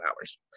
hours